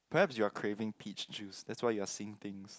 perhaps you're craving peach juice that's why you are seeing things